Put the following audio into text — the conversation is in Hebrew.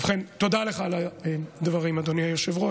ובכן, תודה לך על הדברים, אדוני היושב-ראש.